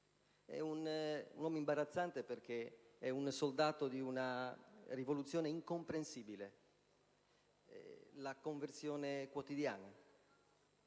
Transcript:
È un uomo imbarazzante perché è un soldato di una rivoluzione incomprensibile: la conversione quotidiana,